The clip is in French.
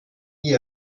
mis